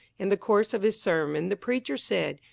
in the course of his sermon the preacher said,